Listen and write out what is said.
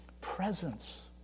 presence